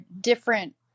different